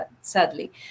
sadly